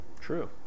True